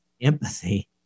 empathy